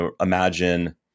imagine